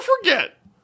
forget